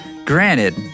Granted